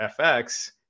FX